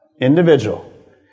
Individual